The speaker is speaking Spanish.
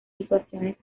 situaciones